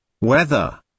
weather